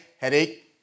Headache